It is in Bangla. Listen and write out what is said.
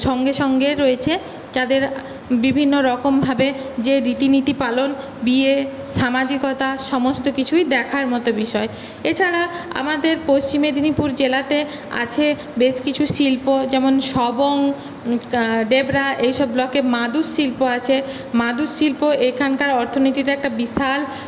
সঙ্গে সঙ্গে রয়েছে তাদের বিভিন্ন রকমভাবে যে রীতি নীতি পালন বিয়ে সামাজিকতা সমস্ত কিছুই দেখার মতো বিষয় এছাড়া আমাদের পশ্চিম মেদিনীপুর জেলাতে আছে বেশ কিছু শিল্প যেমন সবং ডেবরা এইসব ব্লকে মাদুরশিল্প আছে মাদুরশিল্প এখানকার অর্থনীতিতে একটা বিশাল